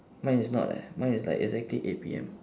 mine is not leh mine is like exactly eight P_M